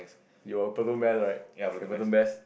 you were platoon best right you were platoon best